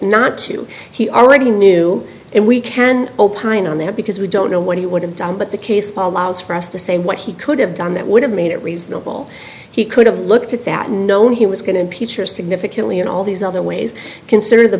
not to he already knew and we can opine on that because we don't know what he would have done but the case paul allows for us to say what he could have done that would have made it reasonable he could have looked at that known he was going to impeach or significantly in all these other ways consider the